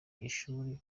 ishuri